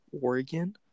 Oregon